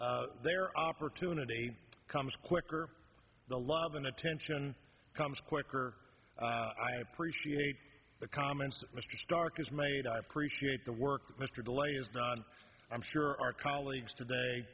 their opportunity comes quicker the loving attention comes quicker i appreciate the comments that mr stark is made i appreciate the work that mr delay is not i'm sure our colleagues today